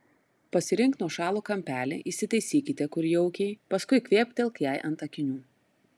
pasirink nuošalų kampelį įsitaisykite kur jaukiai paskui kvėptelk jai ant akinių